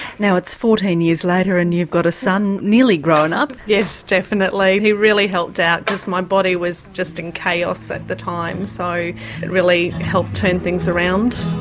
now it's fourteen years later and you've got a son nearly grown up. yes, definitely he really helped out because my body was just in chaos at the time, so it really helped turn things around.